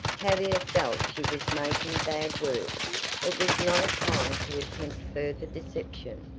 tavia felt she was making bad worse it was not a time to attempt further deception.